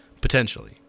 potentially